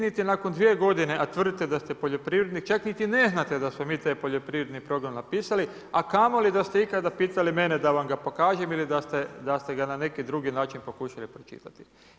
Vi niti nakon dvije godine, a tvrdite da ste poljoprivrednik čak niti ne znate da smo mi taj poljoprivredni program napisali, a kamoli da ste ikada pitali mene da vam ga pokažem ili da ste ga na neki drugi način pokušali pročitati.